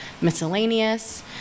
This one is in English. Miscellaneous